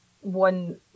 one